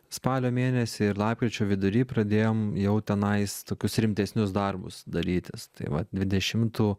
spalio mėnesį ir lapkričio vidury pradėjom jau tenais tokius rimtesnius darbus darytis tai va dvidešimtų